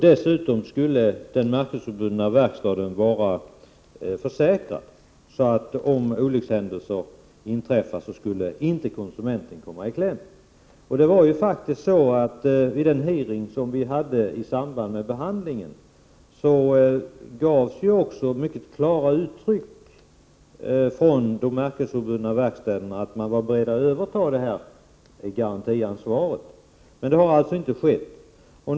Dessutom skulle den märkesobundna verkstaden vara försäkrad, så att konsumenten, om olyckshändelser inträffade, inte skulle komma i kläm. Vid den hearing som vi hade i samband med behandlingen av detta ärende gavs också mycket klara besked från de märkesobundna verkstäderna att de var beredda att överta garantiansvaret. Men något krav härpå införs nu inte i lagen.